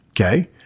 okay